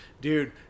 Dude